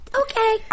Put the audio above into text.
okay